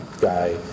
guy